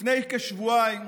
לפני כשבועיים,